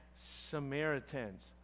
Samaritans